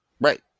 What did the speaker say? right